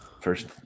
First